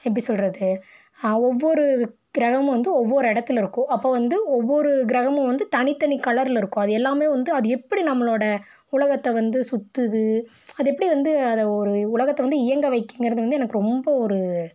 எப்படி சொல்கிறது ஒவ்வொரு கிரகமும் வந்து ஒவ்வொரு இடத்துல இருக்கும் அப்போது வந்து ஒவ்வொரு கிரகமும் வந்து தனித்தனி கலரில் இருக்கும் அது எல்லாம் வந்து அது எப்படி நம்மளோட உலகத்தை வந்து சுற்றுது அது எப்படி வந்து அது ஒரு உலகத்தை வந்து இயங்க வைக்குதுங்கிறது வந்து எனக்கு ரொம்ப ஒரு